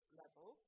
level